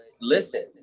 listen